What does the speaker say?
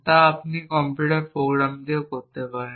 তা আপনি computer program দিয়েও করতে পারেন